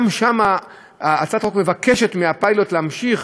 גם שם הצעת החוק מבקשת שפיילוט יימשך